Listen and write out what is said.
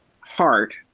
heart